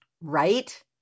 Right